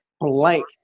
blank